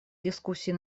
дискуссий